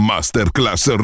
Masterclass